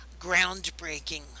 groundbreaking